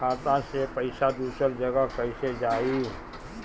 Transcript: खाता से पैसा दूसर जगह कईसे जाई?